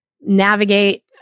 navigate